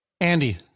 Andy